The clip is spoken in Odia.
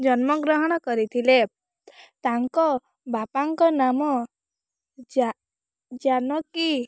ଜନ୍ମ ଗ୍ରହଣ କରିଥିଲେ ତାଙ୍କ ବାପାଙ୍କ ନାମ ଜାନକୀ